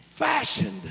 Fashioned